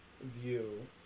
view